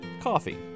coffee